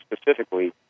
specifically